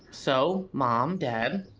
so mom, dad.